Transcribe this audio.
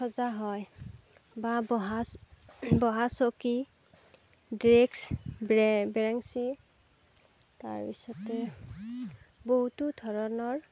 সজা হয় বা বহা বহা চকী ড্ৰেক্স বেঞ্চি তাৰপিছতে বহুতো ধৰণৰ